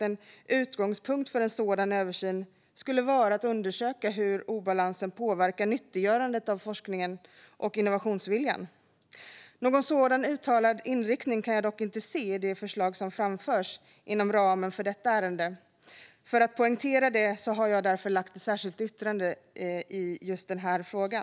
En utgångspunkt för en sådan översyn skulle vara att undersöka hur obalansen påverkar nyttiggörandet av forskningen och innovationsviljan. Någon sådan uttalad inriktning kan jag dock inte se i de förslag som framförs inom ramen för detta ärende. För att poängtera det har jag därför ett särskilt yttrande i just den frågan.